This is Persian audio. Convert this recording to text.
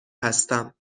هستم